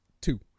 two